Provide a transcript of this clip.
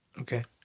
Okay